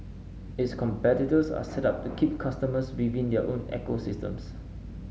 its competitors are set up to keep customers within their own ecosystems